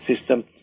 system